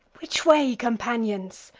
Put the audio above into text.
which way, companions?